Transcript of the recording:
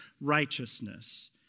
righteousness